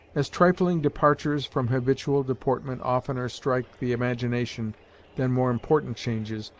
as trifling departures from habitual deportment oftener strike the imagination than more important changes,